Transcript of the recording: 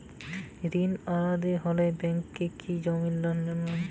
ঋণ অনাদায়ি হলে ব্যাঙ্ক কি জমি নিলাম করতে পারে?